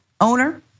owner